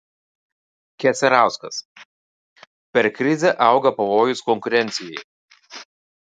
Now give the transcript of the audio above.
keserauskas per krizę auga pavojus konkurencijai